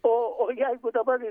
o o jeigu dabar